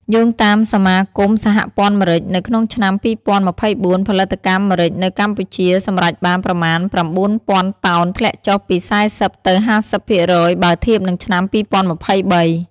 យោងតាមសមាគមសហព័ន្ធម្រេច នៅក្នុងឆ្នាំ ២០២៤ ផលិតកម្មម្រេចនៅកម្ពុជាសម្រេចបានប្រមាណ ៩ ពាន់តោន ធ្លាក់ចុះពី ៤០ ទៅ ៥០ ភាគរយ បើធៀបនឹងឆ្នាំ ២០២៣។